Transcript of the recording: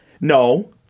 No